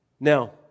Now